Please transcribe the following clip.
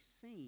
seen